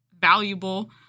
valuable